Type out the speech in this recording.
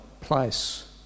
place